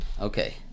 Okay